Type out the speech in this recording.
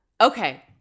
Okay